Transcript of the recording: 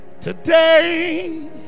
today